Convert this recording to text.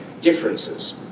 differences